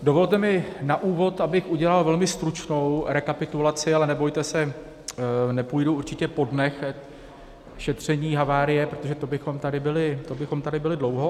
Dovolte mi na úvod, abych udělal velmi stručnou rekapitulaci, ale nebojte se, nepůjdu určitě po dnech šetření havárie, protože to bychom tady byli dlouho.